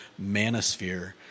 manosphere